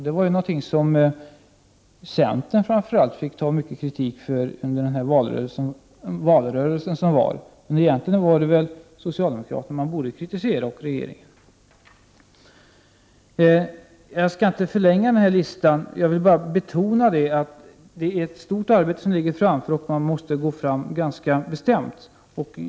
Det var ju någonting som framför allt centern fick ta mycket kritik för under valrörelsen, men egentligen var det väl socialdemokraterna och regeringen som man borde ha kritiserat. Jag skall inte förlänga listan. Jag vill bara betona att det är ett stort arbete som ligger framför oss, och man måste gå fram ganska bestämt.